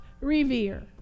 revere